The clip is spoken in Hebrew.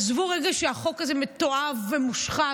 עזבו רגע שהחוק הזה מתועב ומושחת,